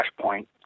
flashpoint